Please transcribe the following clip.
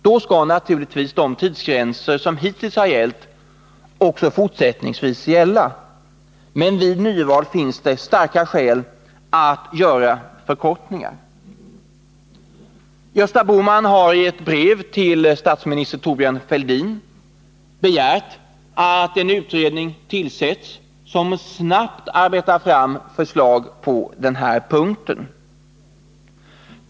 Då skall naturligtvis hittillsvarande tidsgränser gälla. Men vid nyval finns starka skäl att göra förkortningar. Gösta Bohman har ett brev till statsministern Thorbjörn Fälldin begärt att en utredning skall tillsättas som snabbt arbetar fram förslag på denna punkt.